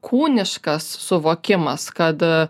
kūniškas suvokimas kad